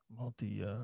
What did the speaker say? multi